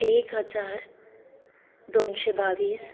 एक हजार दोनशें बावीस